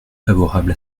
favorable